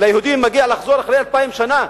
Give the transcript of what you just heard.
ליהודים מגיע לחזור אחרי אלפיים שנה,